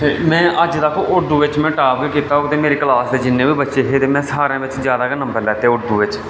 ते में अजतक उर्दू बिच में टाप गै कीता मेरी क्लास च जिन्ने बी बच्चे हे ते में सारें बिच जैदा गै नंबर लैते उर्दू बिच